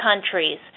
countries